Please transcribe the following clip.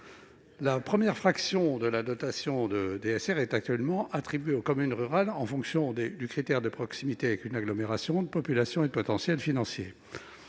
La première fraction de la DSR est actuellement attribuée aux communes rurales en fonction des critères de proximité avec une agglomération, de population et de potentiel financier.